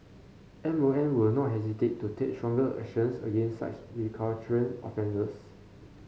M O M will not hesitate to take stronger actions against such recalcitrant offenders